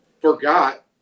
forgot